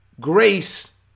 grace